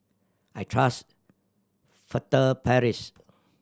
I trust Furtere Paris